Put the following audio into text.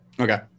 Okay